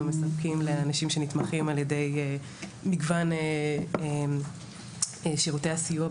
מספקים לאנשים שנתמכים על ידי מגוון שירותי הסיוע,